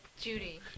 Judy